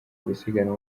gusiganwa